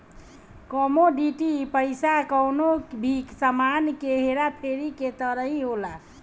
commodity पईसा कवनो भी सामान के हेरा फेरी के तरही होला